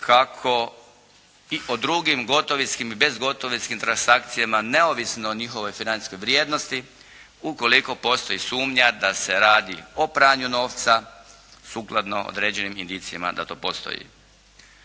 kako i po drugim gotovinskim i bezgotovinskim transakcijama neovisno o njihovoj financijskoj vrijednosti ukoliko postoji sumnja da se radi o pranju novca sukladno određenim indicijama da to postoji.